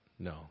No